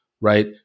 right